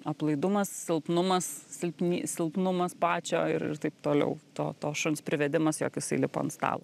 aplaidumas silpnumas silpni silpnumas pačio ir ir taip toliau to to šuns privedimas jog jisai lipa ant stalo